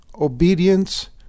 obedience